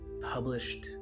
published